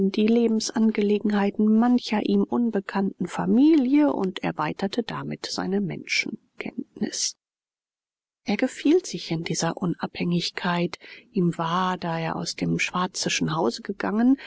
die lebensangelegenheiten mancher ihm unbekannten familie und erweiterte damit seine menschenkenntnis er gefiel sich in dieser unabhängigkeit ihm war da er aus dem schwarzischen hause gegangen